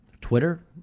Twitter